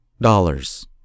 dollars